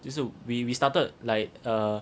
就是 we we started like uh